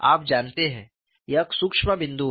आप जानते हैं यह सूक्ष्म बिंदु है